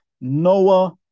Noah